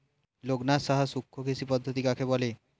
লোকনাথ সাহা শুষ্ককৃষি পদ্ধতি কাকে বলে?